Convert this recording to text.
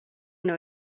nhw